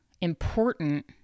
important